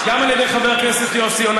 גם על ידי חבר הכנסת יוסי יונה,